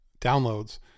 downloads